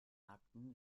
akten